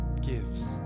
gives